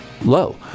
low